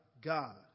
God